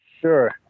Sure